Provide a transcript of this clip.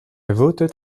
voted